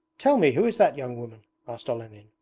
tell me, who is that young woman asked olenin,